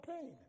pain